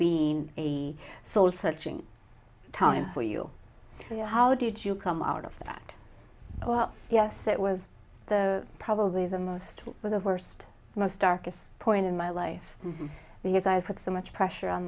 been a soul searching time for you how did you come out of that oh yes it was the probably the most with the worst most darkest point in my life because i put so much pressure on